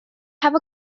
have